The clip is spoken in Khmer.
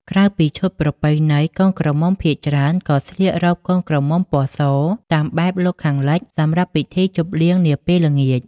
ក្រៅពីឈុតប្រពៃណី កូនក្រមុំភាគច្រើនក៏ស្លៀក រ៉ូបកូនក្រមុំពណ៌ស តាមបែបលោកខាងលិចសម្រាប់ពិធីជប់លៀងនាពេលល្ងាច ។